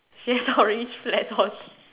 she has orange flats on